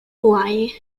hawaii